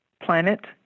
planet